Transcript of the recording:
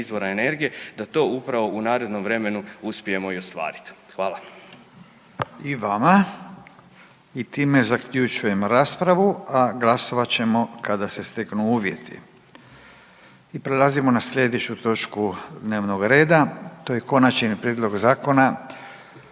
izvora energije da to upravo u narednom vremenu uspijemo i ostvariti. Hvala.